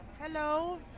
Hello